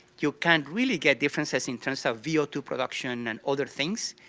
you can really get differences in terms of v o two production and other things,